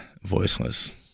voiceless